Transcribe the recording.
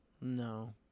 No